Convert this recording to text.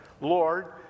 Lord